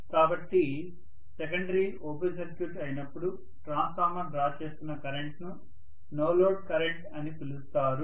కాబట్టి secondary open circuit అయినప్పుడు transformer గ్రహిస్తున్న చేస్తున్న కరెంట్ను నో లోడ్ కరెంట్ అని పిలుస్తారు